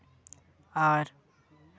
ᱟᱨ